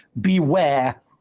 beware